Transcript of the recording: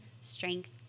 strength